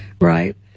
right